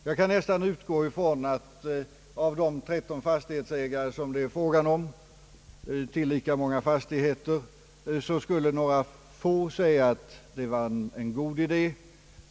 Jag kan nästan utgå ifrån att av de tretton fastighetsägare som det nu är fråga om — det gäller också lika många fastigheter — skulle några säga att det var en god idé.